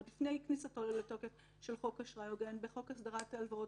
עוד לפני כניסתו לתוקף של חוק אשראי הוגן בחוק הסדרת הלוואות